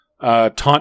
taunt